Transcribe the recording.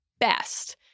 best